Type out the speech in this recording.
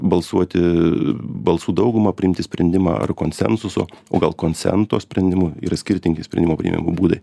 balsuoti balsų dauguma priimti sprendimą ar konsensusu o gal koncento sprendimu yra skirtingi sprendimo priėmimo būdai